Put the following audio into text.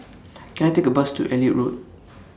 Can I Take A Bus to Elliot Road